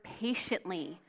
patiently